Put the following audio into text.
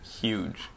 Huge